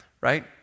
Right